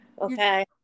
Okay